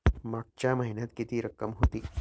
मागच्या महिन्यात किती रक्कम होती?